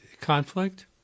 conflict